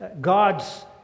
God's